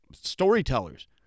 storytellers